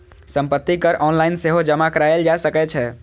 संपत्ति कर ऑनलाइन सेहो जमा कराएल जा सकै छै